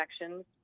infections